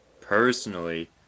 personally